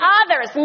others